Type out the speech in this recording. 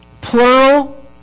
plural